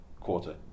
quarter